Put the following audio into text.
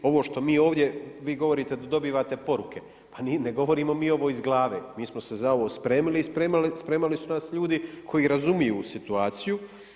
Ovo što mi ovdje, vi govorite da dobivate poruke, pa ni, ne govorimo mi ovo iz glave, mi smo se za ovo spremili i spremali su nas ljudi koji razumiju situaciju.